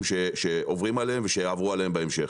שעוברים עליהם ושיעברו עליהם בהמשך.